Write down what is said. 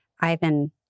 Ivan